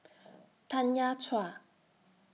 Tanya Chua